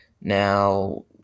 Now